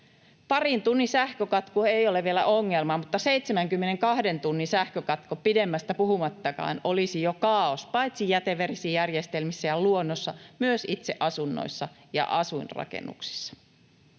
Parin tunnin sähkökatko ei ole vielä ongelma, mutta 72 tunnin sähkökatko, pidemmästä puhumattakaan, olisi jo kaaos paitsi jätevesijärjestelmissä ja luonnossa myös itse asunnoissa ja asuinrakennuksissa.